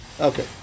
okay